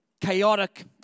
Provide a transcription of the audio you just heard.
chaotic